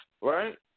right